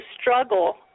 struggle